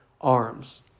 arms